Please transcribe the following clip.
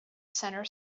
center